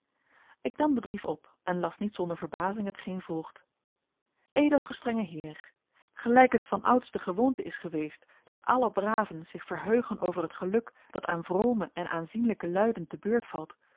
ik nam den brief op en las niet zonder verbazing hetgeen volgt edelgestrenge heer gelijk het vanouds de gewoonte is geweest dat alle braven zioh verheugen over het geluk dat aan vrome en aanzienlijke luiden te beurt valt